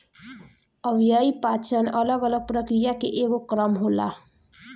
अव्ययीय पाचन अलग अलग प्रक्रिया के एगो क्रम होला